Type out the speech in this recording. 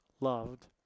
loved